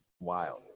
wild